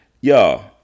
y'all